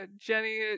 jenny